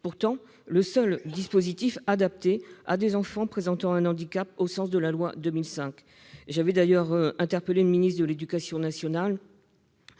pourtant le seul dispositif adapté à des enfants présentant un handicap au sens de la loi de 2005. J'avais d'ailleurs interpellé au Sénat le ministre de l'éducation nationale